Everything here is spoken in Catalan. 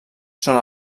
són